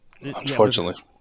Unfortunately